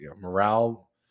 morale